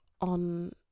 on